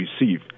receive